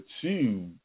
two